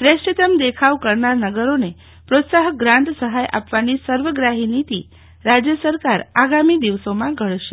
શ્રેષ્ઠતમ દેખાવ કરનાર નગરીને પ્રોત્સાહન ગ્રાન્ટ સહાય આપવાની સર્વગ્રાહી નીતિ રાજ્યસરકાર આગામી દિવસોમાં ઘડશે